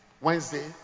Wednesday